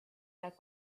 that